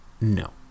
No